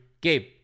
Gabe